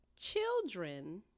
Children